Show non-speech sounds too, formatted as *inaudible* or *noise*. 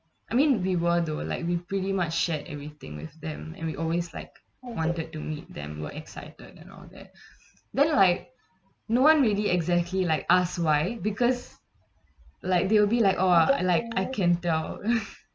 I mean we were though like we pretty much shared everything with them and we always like wanted to meet them we're excited and all that *breath* then like no one really exactly like ask why because like they'll be like oh like I can tell *laughs*